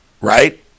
Right